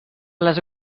les